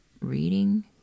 reading